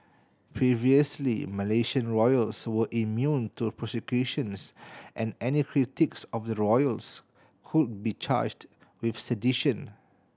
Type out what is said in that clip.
previously Malaysian royals were immune to prosecutions and any critics of the royals could be charged with sedition